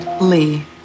Lee